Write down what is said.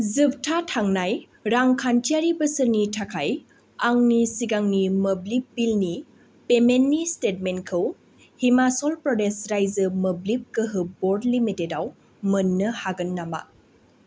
जोबथा थांनाय रांखान्थियारि बोसोरनि थाखाय आंनि सिगांनि मोब्लिब बिलनि पेमेन्टनि स्टेटमेन्टखौ हिमाचल प्रदेश रायजो मोब्लिब गोहो बर्ड लिमिटेडआव मोननो हागोन नामा